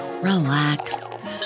relax